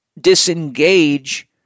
disengage